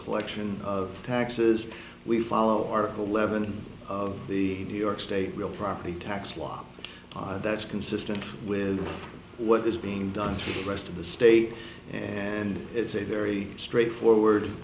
collection of taxes we follow article eleven of the new york state real property tax law that's consistent with what is being done for the rest of the state and it's a very straightforward